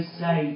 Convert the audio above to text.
say